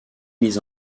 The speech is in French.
mise